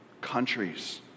countries